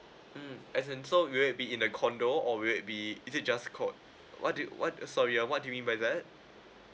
mm as in so will it be in a condo or will it be is it just called what did what sorry uh what do you mean by that